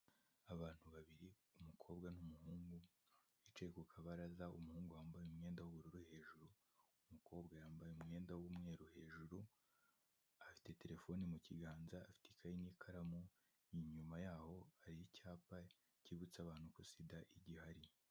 Abantu babiri, umukobwa n'umuhungu bicaye ku kabaraza, umuhungu wambaye umwenda w'ubururu hejuru, umukobwa yambaye umwenda w'umweru hejuru, afite telefoni mu kiganza, afite ikayi n'ikaramu, inyuma yaho hari icyapa cyibutsa abantu ko Sida igihari.